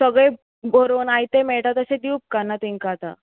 सगळें बरोवन आयतें मेळटा तशें दिंव उपकारना तांकां आतां